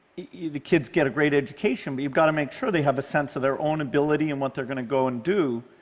the kids get a great education, but you've got to make sure they have a sense of their own ability and what they're going to go and do,